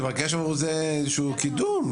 היא תבקש מאיתנו איזשהו קידום,